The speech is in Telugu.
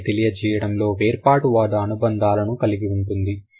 కాలాన్ని తెలియజేయడంలో వేర్పాటువాద అనుబంధాలను కలిగి ఉంటుంది